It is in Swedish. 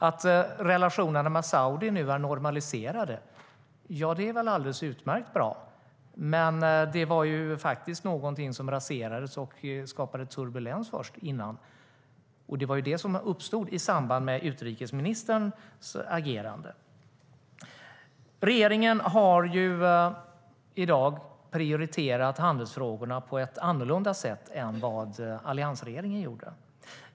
Att relationerna med Saudiarabien nu är normaliserade är väl alldeles utmärkt bra, men det var faktiskt någonting som raserades och skapade turbulens, och detta uppstod i samband med utrikesministerns agerande. Regeringen har i dag prioriterat handelsfrågorna på ett annorlunda sätt än vad alliansregeringen gjorde.